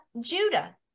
Judah